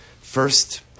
first